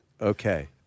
Okay